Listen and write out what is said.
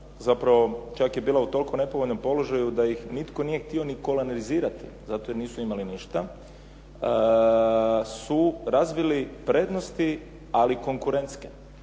Zapravo čak je bila u toliko nepovoljnom položaju da ih nitko nije htio ni kolonizirati, zato jer nisu imali ništa, su razvili prednosti ali konkurentske.